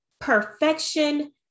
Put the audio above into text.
Perfection